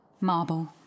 Marble